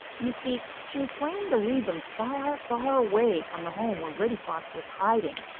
you see, she was planning to lead them far, far away from the home where reddy fox was hiding,